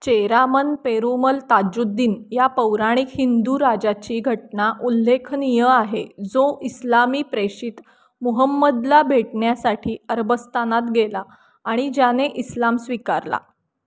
चेरामन पेरुमल ताजुद्दीन या पौराणिक हिंदू राजाची घटना उल्लेखनीय आहे जो इस्लामी प्रेषित मोहम्मदला भेटण्यासाठी अरबस्तानात गेला आणि ज्याने इस्लाम स्वीकारला